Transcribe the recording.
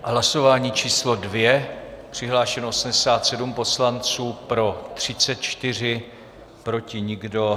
V hlasování číslo 2 přihlášeno 87 poslanců, pro 34, proti nikdo.